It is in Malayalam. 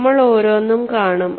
നമ്മൾ ഓരോന്നും കാണും